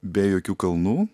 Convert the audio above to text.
be jokių kalnų